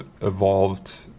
evolved